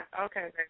Okay